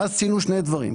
אז ציינו שני דברים.